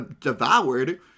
devoured